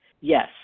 yes